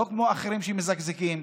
לא כמו האחרים שמזגזגים,